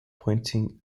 pointing